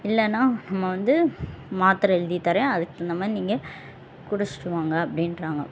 இல்லைனா நம்ம வந்து மாத்திரை எழுதி தரேன் அதுக்கு தகுந்த மாதிரி நீங்கள் குடிச்சுட்டு வாங்க அப்படின்றாங்க